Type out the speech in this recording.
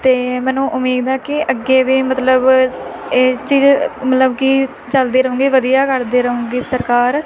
ਅਤੇ ਮੈਨੂੰ ਉਮੀਦ ਹੈ ਕਿ ਅੱਗੇ ਵੀ ਮਤਲਬ ਇਹ ਚੀਜ਼ ਮਤਲਬ ਕਿ ਚੱਲਦੀ ਰਹੇਗੀ ਵਧੀਆ ਕਰਦੇ ਰਹੇਗੀ ਸਰਕਾਰ